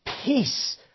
peace